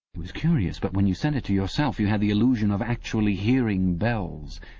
it was curious, but when you said it to yourself you had the illusion of actually hearing bells,